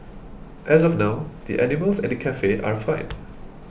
as of now the animals at the cafe are fine